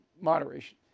moderation